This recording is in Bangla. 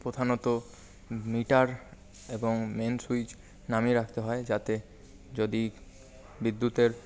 প্রধানত মিটার এবং মেইন সুইচ নামিয়ে রাখতে হয় যাতে যদি বিদ্যুতের